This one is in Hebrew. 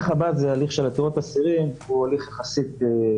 כי איך אפשר לקיים